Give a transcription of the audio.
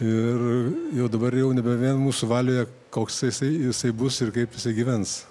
ir jau dabar jau nebe vien mūsų valioje koks jisai jisai bus ir kaip gyvens